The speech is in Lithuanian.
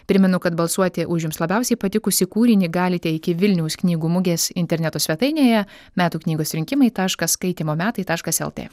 primenu kad balsuoti už jums labiausiai patikusį kūrinį galite iki vilniaus knygų mugės interneto svetainėje metų knygos rinkimai taškas skaitymo metai taškas lt